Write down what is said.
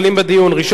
ראשון הדוברים,